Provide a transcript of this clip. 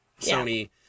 Sony